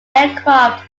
aircraft